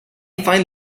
find